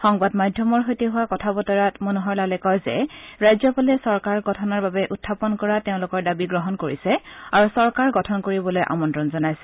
সংবাদ মাধ্যমৰ সৈতে হোৱা কথা বতৰাত মনোহৰলালে কয় যে ৰাজ্যপালে চৰকাৰ গঠনৰ বাবে উখাপন কৰা তেওঁলোকৰ দাবী গ্ৰহণ কৰিছে আৰু চৰকাৰ গঠন কৰিবলৈ আমন্তণ জনাইছে